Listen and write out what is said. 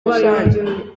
rusange